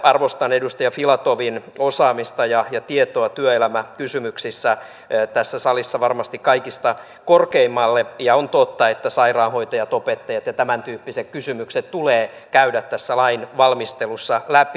arvostan edustaja filatovin osaamista ja tietoa työelämäkysymyksissä tässä salissa varmasti kaikista korkeimmalle ja on totta että sairaanhoitajat opettajat ja tämäntyyppiset kysymykset tulee käydä tässä lain valmistelussa läpi